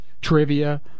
Trivia